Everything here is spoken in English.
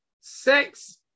Sex